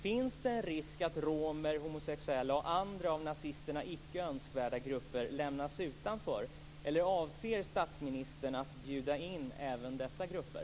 Finns det en risk att romer, homosexuella och andra av nazisterna icke önskvärda grupper lämnas utanför, eller avser statsministern att bjuda in även dessa grupper?